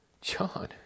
John